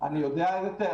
--- אני יודע את זה.